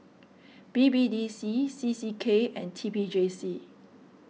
B B D C C C K and T P J C